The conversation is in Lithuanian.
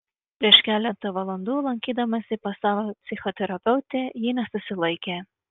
prieš keletą valandų lankydamasi pas savo psichoterapeutę ji nesusilaikė